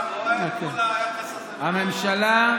הממשלה,